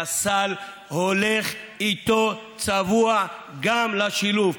והסל הולך איתו צבוע גם לשילוב,